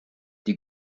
die